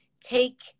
take